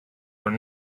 were